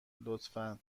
لطفا